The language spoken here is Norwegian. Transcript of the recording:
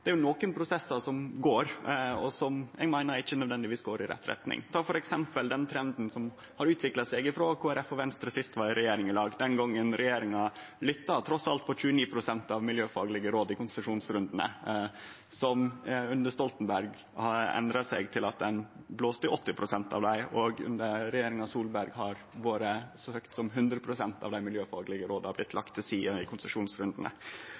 er usikkerheitsmoment knytte til det, men det er nokre prosessar som går, og som eg meiner ikkje nødvendigvis går i rett retning. Ein kan f.eks. ta den trenden som har utvikla seg sidan Venstre og Kristeleg Folkeparti sist var i regjering i lag, den gongen regjeringa trass alt lytta til 29 pst. av dei miljøfaglege råda i konsesjonsrundane, som under Stoltenberg endra seg til at ein blåste i 80 pst. av dei, og som under regjeringa Solberg har